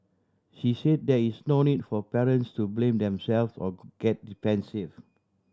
she say there is no need for parents to blame themselves or get defensive